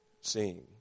seen